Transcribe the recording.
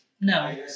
no